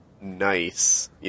nice